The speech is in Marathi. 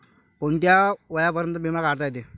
कोनच्या वयापर्यंत बिमा काढता येते?